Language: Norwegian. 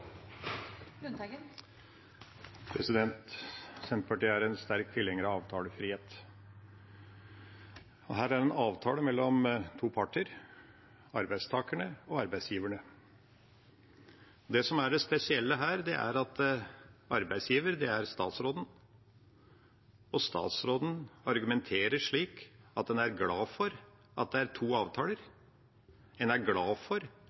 en sterk tilhenger av avtalefrihet. Her er det en avtale mellom to parter, arbeidstakerne og arbeidsgiverne. Det som er det spesielle her, er at arbeidsgiver er statsråden. Statsråden argumenterer slik: En er glad for at det er to avtaler. En er glad for